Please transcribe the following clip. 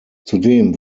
zudem